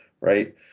right